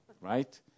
right